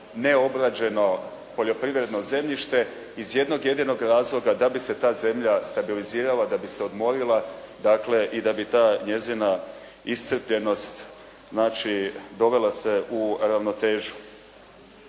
neobrađeno poljoprivredno zemljište iz jednog jedinog razloga, da bi se ta zemlja stabilizirala, da bi se odmorila, dakle i da bi ta njezina iscrpljenost, znači dovela se u ravnotežu.